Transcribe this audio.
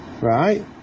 Right